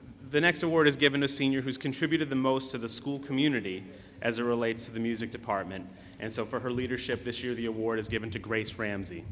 the next award is given a senior who's contributed the most of the school community as a relates to the music department and so for her leadership this year the award is given to grace ramsey